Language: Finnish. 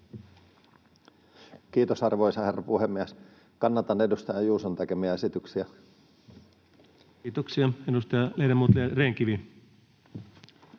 Kiitos, arvoisa herra puhemies! Kannatan edustaja Juuson tekemiä esityksiä. Kiitoksia. — Edustaja, ledamot Rehn-Kivi.